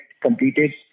completed